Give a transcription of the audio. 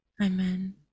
amen